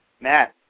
Matt